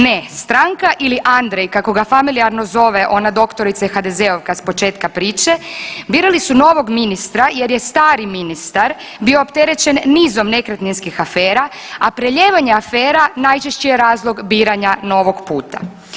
Ne stranka ili Andrej kako ga familijarno zove ona doktorica HDZ-ovka s početka priče, birali su novog ministra jer je stari ministar bio opterećen nizom nekretninskih afera, a prelijevanje afera najčešći je razlog biranja novog puta.